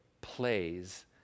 plays